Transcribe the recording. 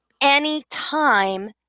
anytime